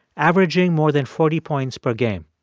averaging more than forty points per game.